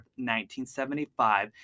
1975